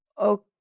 Okay